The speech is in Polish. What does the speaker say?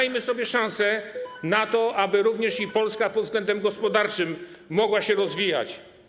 Dajmy sobie szanse na to, aby również i Polska pod względem gospodarczym mogła się rozwijać.